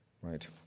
Right